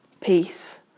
peace